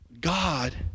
God